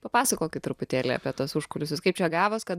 papasakokit truputėlį apie tuos užkulisius kaip čia gavos kad